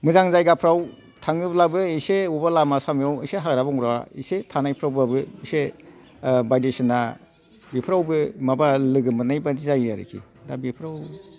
मोजां जायगाफ्राव थाङोब्लाबो एसे बबेयावबा लामा सामायाव एसे हाग्रा बंग्रा एसे थानायफ्रावबो एसे बायदिसिना बेफ्रावबो माबा लोगो मोननाय बायदि जायो आरोखि दा बेफोराव